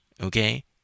okay